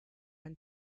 and